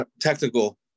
technical